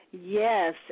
Yes